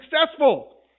successful